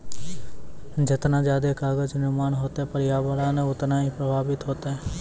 जतना जादे कागज निर्माण होतै प्रर्यावरण उतना ही प्रभाबित होतै